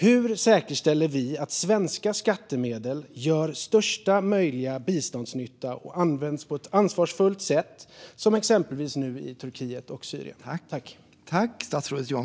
Hur säkerställer vi att svenska skattemedel gör största möjliga biståndsnytta och används på ett ansvarsfullt sätt, som exempelvis nu i Turkiet och Syrien?